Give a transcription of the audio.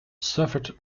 suffered